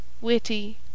witty